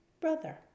brother